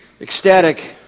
ecstatic